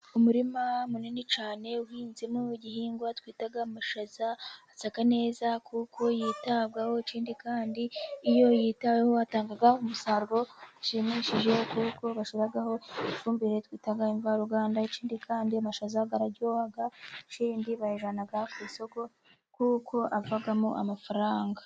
Umurima munini cyane, ubuhinzi bw'igihingwa twita amashaza asa neza kuko yitabwaho, ikindi kandi iyo yitaweho atanga umusaruro ushimishije, kuko bashyiraho ifumbire twita imvaruganda, ikindi kandi amashaza araryoha ikindi bayajyana ku isoko kuko avamo amafaranga.